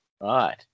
right